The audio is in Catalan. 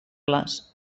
les